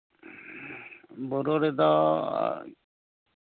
ᱵᱳᱨᱳ ᱨᱮᱫᱚ